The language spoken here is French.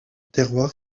terroir